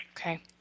Okay